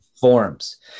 forms